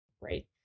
right